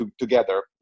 together